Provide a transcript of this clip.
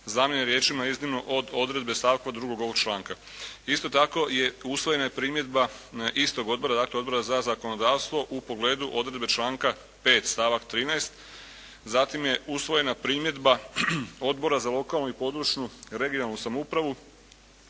zamijene riječima: "iznimno od odredbe stavka 2. ovog članka". Isto tako je usvojena primjedba istog odbora, dakle Odbora za zakonodavstvo u pogledu odredbe članka 5. stavak 13. Zatim je usvojena primjedba Odbora za lokalnu i područnu, regionalnu samoupravu